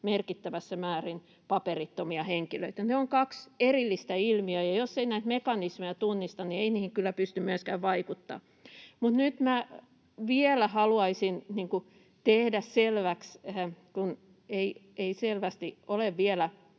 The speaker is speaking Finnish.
merkittävässä määrin paperittomia henkilöitä. Ne ovat kaksi erillistä ilmiötä, ja jos ei näitä mekanismeja tunnista, niin ei niihin kyllä pysty myöskään vaikuttamaan. Mutta nyt minä vielä haluaisin tehdä selväksi, kun ei selvästi ole vielä